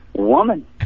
woman